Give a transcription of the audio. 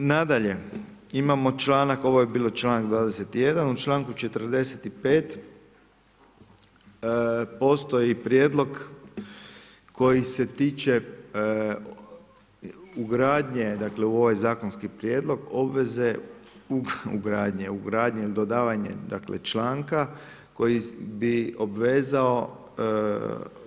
Nadalje, imamo članak, ovo je bilo članak 21., u članku 45. postoji prijedlog koji se tiče ugradnje u ovoj zakonski prijedlog obveze, ugradnje ili dodavanje članka koji bi obvezao